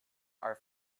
are